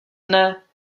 mne